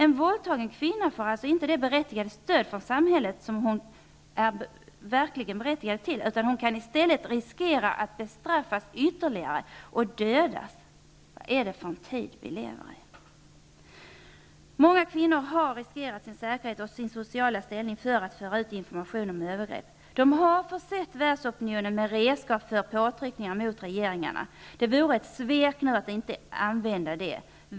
En våldtagen kvinna får alltså inte berättigat stöd från samhället, utan hon kan i stället riskera att bestraffas ytterligare och dödas. Vad är det för en tid vi lever i? Många kvinnor har riskerat sin säkerhet och sin sociala ställning för att föra ut information om övergrepp. De har försett världsopinionen med ett redskap för påtryckningar mot regeringarna. Det vore ett svek att nu inte använda det.